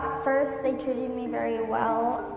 first they treated me very well.